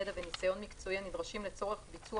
ידע וניסיון מקצועי הנדרשים לצורך ביצוע